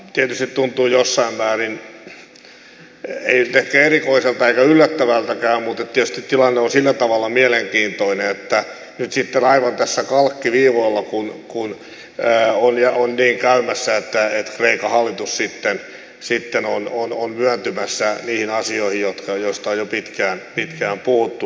tietysti tuntuu jossain määrin ei ehkä erikoiselta eikä yllättävältäkään mutta tietysti tilanne on sillä tavalla mielenkiintoinen että nyt sitten aivan tässä on kirjavaa vappuna kun sää oli kalkkiviivoilla on niin käymässä että kreikan hallitus on myöntymässä niihin asioihin joista on jo pitkään puhuttu